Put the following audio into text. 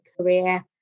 career